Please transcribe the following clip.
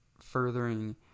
furthering